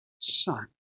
son